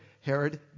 herod